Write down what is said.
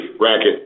racket